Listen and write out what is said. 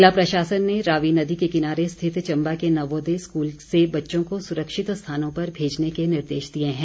ज़िला प्रशासन ने रावी नदी के किनारे स्थित चम्बा के नवोदय स्कूल से बच्चों को सुरक्षित स्थानों पर भेजने के निर्देश दिए हैं